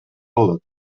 болот